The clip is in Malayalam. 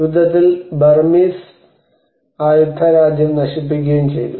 യുദ്ധത്തിൽ ബർമീസ് ആയുത്ത രാജ്യം നശിപ്പിക്കുകയും ചെയ്തു